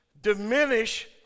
diminish